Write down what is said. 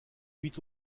huit